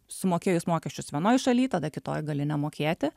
sumokėjus mokesčius vienoj šaly tada kitoj gali nemokėti